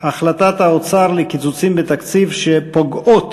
החלטות האוצר על קיצוצים בתקציב הפוגעות